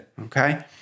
Okay